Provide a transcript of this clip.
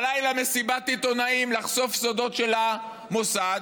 בלילה מסיבת עיתונאים לחשוף סודות של המוסד,